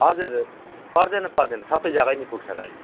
हजुर पर्दैन पर्दैन सबै जग्गै नै पुग्छ गाडी